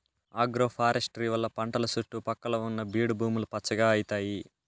agroforestry వల్ల పంటల సుట్టు పక్కల ఉన్న బీడు భూములు పచ్చగా అయితాయి